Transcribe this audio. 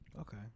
Okay